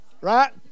right